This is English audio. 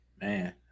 Man